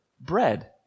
Bread